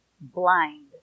Blind